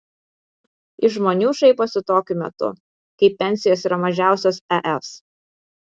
iš žmonių šaiposi tokiu metu kai pensijos yra mažiausios es